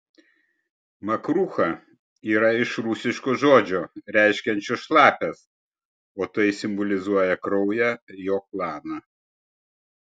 makrucha yra iš rusiško žodžio reiškiančio šlapias o tai simbolizuoja kraują jo klaną